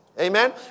Amen